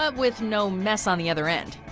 ah with no mess on the other end.